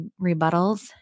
rebuttals